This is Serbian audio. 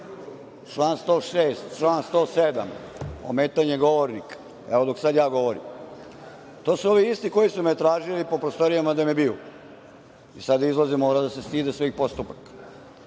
član 106, član 107. ometanje govornika, evo dok sad govorim. To su ovi isti koji su me tražili po prostorijama da me biju i sad izlaze, mora da se stide svojih postupaka. Malopre